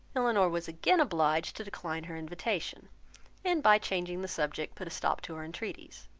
elinor was again obliged to decline her invitation and by changing the subject, put a stop to her entreaties.